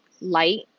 light